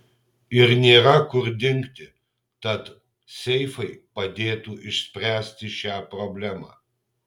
ir nėra kur dingti tad seifai padėtų išspręsti šią problemą